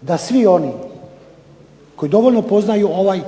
da svi oni koji dovoljno poznaju ovaj